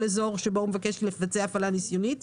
אזור שבו הוא מבקש לבצע הפעלה ניסיונית,